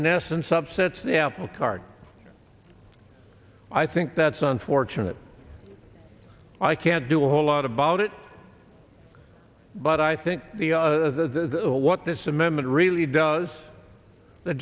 in essence upsets the apple cart i think that's unfortunate i can't do a whole lot about it but i think the the what this amendment really does the